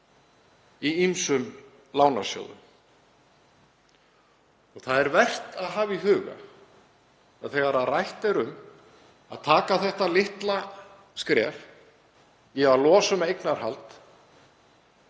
í ýmsum lánasjóðum. Það er vert að hafa í huga, þegar rætt er um að stíga þetta litla skref í að losa um eignarhald,